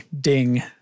Ding